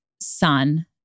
son